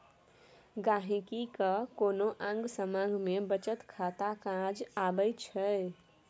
गांहिकी केँ कोनो आँग समाँग मे बचत खाता काज अबै छै